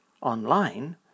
Online